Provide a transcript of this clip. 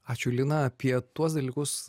ačiū lina apie tuos dalykus